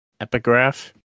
epigraph